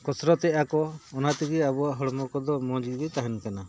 ᱠᱚᱥᱨᱚᱛᱮᱜ ᱟᱠᱚ ᱚᱱᱟ ᱛᱮᱜᱮ ᱟᱵᱚᱣᱟᱜ ᱦᱚᱲᱢᱚ ᱠᱚᱫᱚ ᱢᱚᱡᱽᱜᱮ ᱛᱟᱦᱮᱱ ᱠᱟᱱᱟ